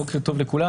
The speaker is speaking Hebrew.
בוקר טוב לכולם.